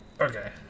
Okay